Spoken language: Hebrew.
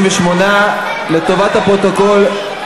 58. לטובת הפרוטוקול,